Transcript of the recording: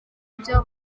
ibyo